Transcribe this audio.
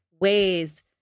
ways